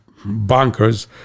bonkers